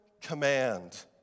command